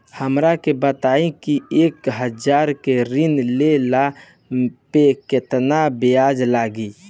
हमरा के बताई कि एक हज़ार के ऋण ले ला पे केतना ब्याज लागी?